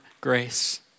grace